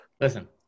listen